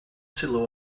sylw